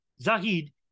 Zahid